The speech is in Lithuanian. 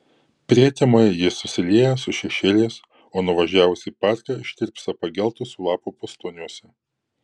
prietemoje ji susilieja su šešėliais o nuvažiavus į parką ištirpsta pageltusių lapų pustoniuose